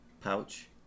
pouch